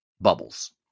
bubbles